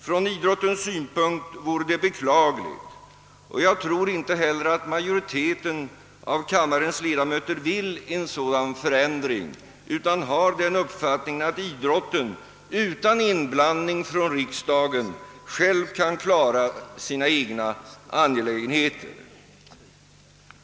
Från idrottens synpunkt vore det beklagligt, och jag tror inte heller att majoriteten av kammarens ledamöter önskar en sådan förändring utan har den uppfattningen, att idrotten själv bör få sköta sina egna angelägenheter utan inblandning av riksdagen.